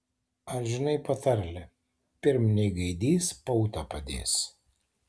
ar žinai patarlę pirm nei gaidys pautą padės